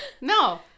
no